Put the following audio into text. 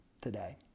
today